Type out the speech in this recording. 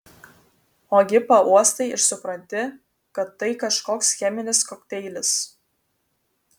ogi pauostai ir supranti kad tai kažkoks cheminis kokteilis